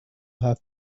have